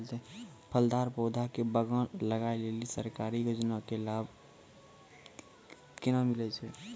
फलदार पौधा के बगान लगाय लेली सरकारी योजना के लाभ केना मिलै छै?